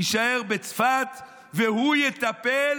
הוא יישאר בצפת והוא יטפל